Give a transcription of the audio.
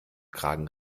kragen